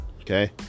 Okay